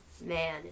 man